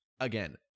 Again